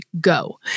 go